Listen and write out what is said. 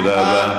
תודה רבה.